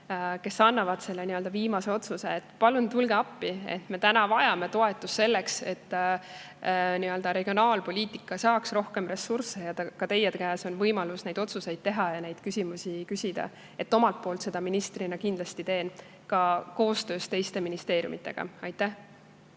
kes [langetavad] selle viimase otsuse. Palun tulge appi! Me vajame toetust selleks, et regionaalpoliitika saaks rohkem ressursse. Ka teie käes on võimalus neid otsuseid teha ja neid küsimusi küsida. Omalt poolt ma seda ministrina kindlasti teen, ka koostöös teiste ministeeriumidega.